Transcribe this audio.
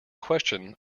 question